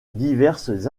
diverses